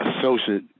associate